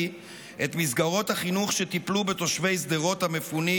את מסגרות החינוך שטיפלו בתושבי שדרות המפונים.